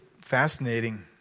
fascinating